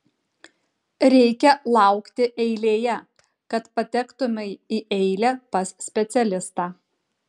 reikia laukti eilėje kad patektumei į eilę pas specialistą